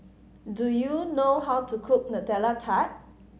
do you know how to cook Nutella Tart